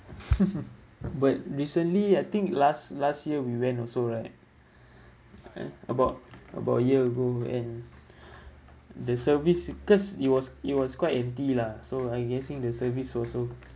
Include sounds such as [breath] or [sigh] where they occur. [laughs] but recently I think last last year we went also right [breath] uh about about a year ago and [breath] the service because it was it was quite empty lah so I'm guessing the service also